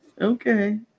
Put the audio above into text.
okay